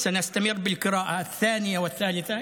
אנחנו נמשיך לקריאה השנייה והשלישית,